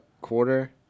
quarter